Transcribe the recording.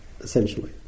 essentially